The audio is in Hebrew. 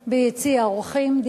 בבקשה, גברתי.